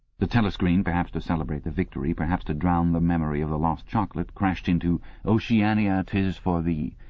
the telescreen perhaps to celebrate the victory, perhaps to drown the memory of the lost chocolate crashed into oceania, tis for thee.